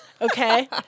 Okay